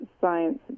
science